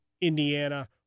Indiana